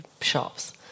shops